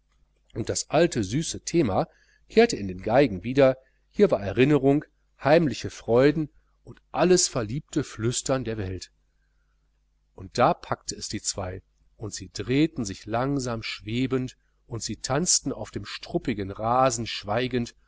und das alte süße thema kehrte in den geigen wieder hier war erinnerung heimliche freuden und alles verliebte flüstern der welt und da packte es die zwei und sie drehten sich langsam schwebend und sie tanzten auf dem struppigen rasen schweigend